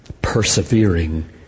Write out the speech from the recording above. persevering